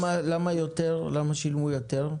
למה שילמו יותר?